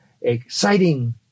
exciting